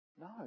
No